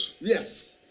yes